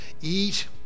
eat